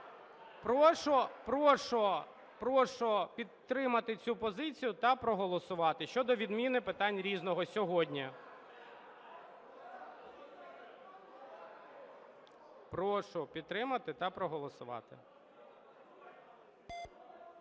"Різне". Прошу підтримати цю позицію та проголосувати щодо відміни питань "Різного" сьогодні. Прошу підтримати та проголосувати.